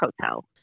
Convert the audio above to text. hotel